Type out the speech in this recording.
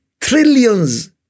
trillions